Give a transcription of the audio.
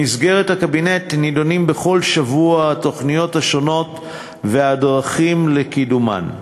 במסגרת הקבינט נדונות בכל שבוע התוכניות השונות והדרכים לקידומן.